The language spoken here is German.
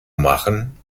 machen